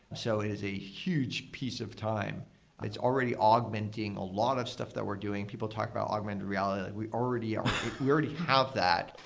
so is a huge piece of time, and it's already augmenting a lot of stuff that we're doing. people talk about augmented reality. like we already ah yeah already have that.